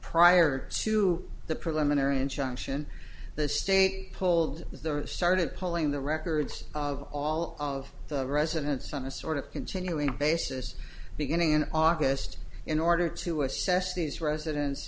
prior to the preliminary injunction the state pulled the started pulling the records of all of the residents on a sort of continuing basis beginning in august in order to assess these residen